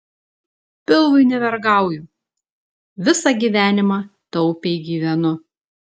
pilvui nevergauju visą gyvenimą taupiai gyvenu